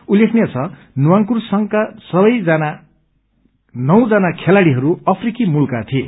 उल्लेखनीय छ नवांकूर संथको नौजना खेलाङीहरू अफ्रीकी मूलका थिए